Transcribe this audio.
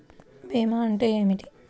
భీమా అంటే ఏమిటి?